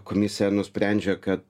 komisija nusprendžia kad